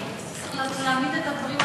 הצעת החוק הזאת פותחת פתח למאות ארגונים